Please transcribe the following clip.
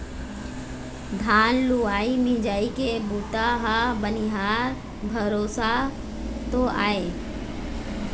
धान लुवई मिंजई के बूता ह बनिहार भरोसा तो आय